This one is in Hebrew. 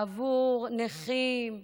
בעבור נכים,